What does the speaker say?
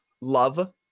love